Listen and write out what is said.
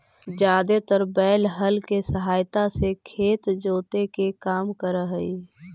जादेतर बैल हल केसहायता से खेत जोते के काम कर हई